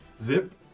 Zip